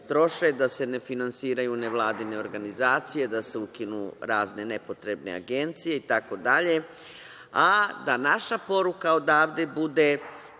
da se ne finansiraju nevladine organizacije, da se ukinu razne nepotrebne agencije itd, a da naša poruka odavde bude